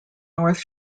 north